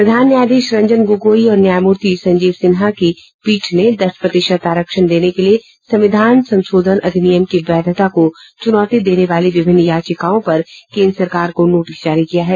प्रधान न्यायाधीश रंजन गोगोई और न्यायमूर्ति संजीव खन्ना की पीठ ने दस प्रतिशत आरक्षण देने के लिए संविधान संशोधन अधिनियम की वैधता को चुनौती देने वाली विभिन्न याचिकाओं पर केन्द्र सरकार को नोटिस जारी किया है